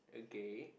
okay